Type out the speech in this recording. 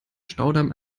staudamm